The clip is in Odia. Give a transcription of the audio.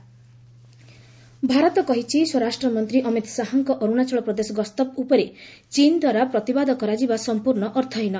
ଏମ୍ଇଏ ବ୍ରିଫିଙ୍ଗ୍ ଭାରତ କହିଛି ସ୍ୱରାଷ୍ଟ୍ରମନ୍ତ୍ରୀ ଅମିତ ଶାହାଙ୍କ ଅରୁଣାଚଳ ପ୍ରଦେଶ ଗସ୍ତ ଉପରେ ଚୀନ ଦ୍ୱାରା ପ୍ରତିବାଦ କରାଯିବା ସଫ୍ପର୍ଣ୍ଣ ଅର୍ଥହୀନ